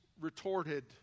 retorted